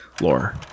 lore